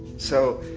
so,